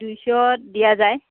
দুইশত দিয়া যায়